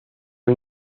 una